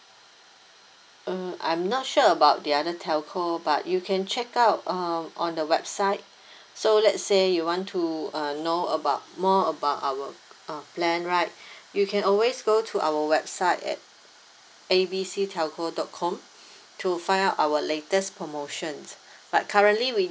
err I'm not sure about the other telco but you can check out um on the website so let's say you want to uh know about more about our uh plan right you can always go to our website at A B C telco dot com to find out our latest promotions but currently we